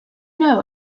know